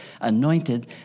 anointed